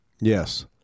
Yes